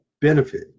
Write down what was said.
benefit